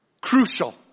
crucial